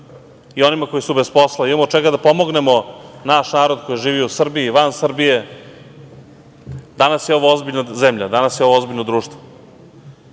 i onima koji su bez posla. Imamo od čega da pomognemo naš narod koji živi u Srbiji i van Srbije. Danas je ovo ozbiljna zemlja. Danas je ovo ozbiljno društvo.